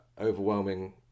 overwhelming